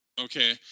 Okay